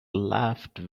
laughed